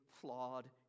flawed